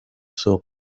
سوق